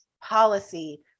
policy